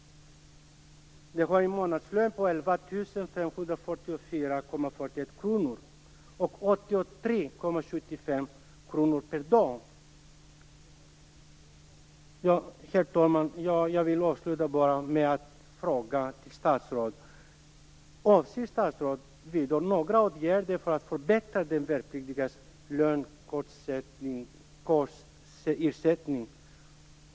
De har en månadslön på Herr talman! Jag vill avsluta med att ställa några frågor till statsrådet. Avser statsrådet att vidta några åtgärder för att förbättre de värnpliktigas lön och kostersättning?